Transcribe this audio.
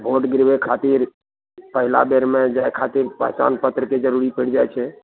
vote गिरबै खातिर पहिला बेरमे जाइ खातिर पहचान पत्रके जरुरी पड़ि जाइ छै